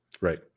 Right